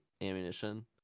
ammunition